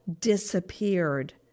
disappeared